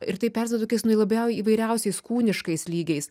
ir tai persiduoda tokiais nu labiau įvairiausiais kūniškais lygiais